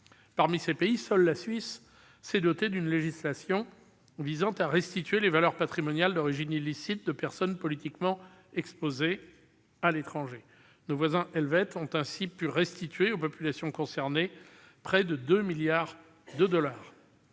Parmi ces pays, seule la Suisse s'est dotée d'une législation visant à restituer les valeurs patrimoniales d'origine illicite de personnes politiquement exposées à l'étranger. Nos voisins helvètes ont ainsi pu restituer aux populations concernées près de deux milliards de dollars.